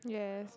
yes